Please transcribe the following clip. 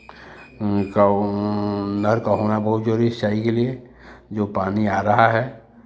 का नहर का होना बहुत ज़रूरी है सिंचाई के लिए जो पानी आ रहा है